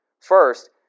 First